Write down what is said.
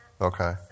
Okay